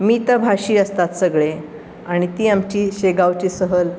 मितभाषी असतात सगळे आणि ती आमची शेगावची सहल